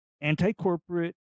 anti-corporate